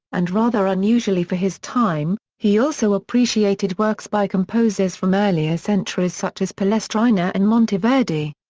and rather unusually for his time, he also appreciated works by composers from earlier centuries such as palestrina and monteverdi.